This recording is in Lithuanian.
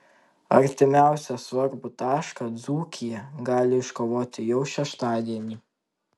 artimiausią svarbų tašką dzūkija gali iškovoti jau šeštadienį